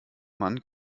mann